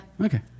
Okay